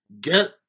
get